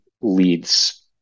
leads